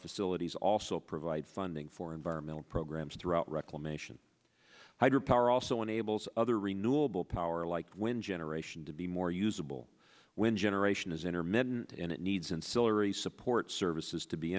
facilities also provide funding for environmental programs throughout reclamation hydro power also enables other renewable power like wind generation to be more usable when generation is intermittent and it needs and celery support services to be